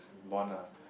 born lah